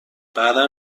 بعدا